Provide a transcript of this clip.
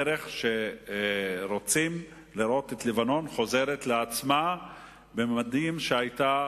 שהם רוצים לראות את לבנון חוזרת לעצמה בממדים שהיתה,